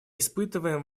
испытываем